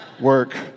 work